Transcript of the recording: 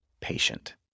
patient